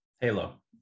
halo